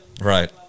Right